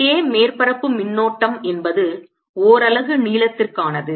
K மேற்பரப்பு மின்னோட்டம் என்பது ஒரலகு நீளத்திற்கானது